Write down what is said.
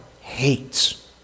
hates